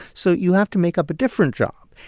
so you have to make up a different job,